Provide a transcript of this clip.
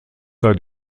sei